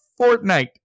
Fortnite